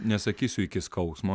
nesakysiu iki skausmo